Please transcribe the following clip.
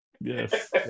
yes